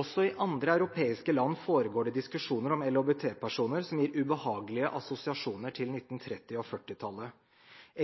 Også i andre europeiske land foregår det diskusjoner om LHBT-personer, som gir ubehagelige assosiasjoner til 1930- og 1940-tallet.